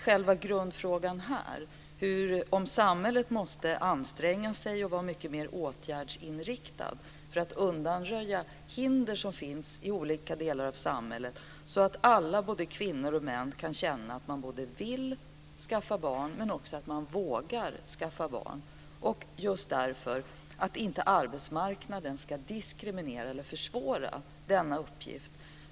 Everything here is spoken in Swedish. Själva grundfrågan är att samhället måste anstränga sig och vara mycket mer åtgärdsinriktat för att undanröja hinder som finns i olika delar av samhället. Alla kvinnor och män ska känna att de vill skaffa barn och också att de vågar att skaffa barn. Arbetsmarknaden ska därför inte diskriminera eller försvåra denna uppgift.